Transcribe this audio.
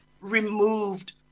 removed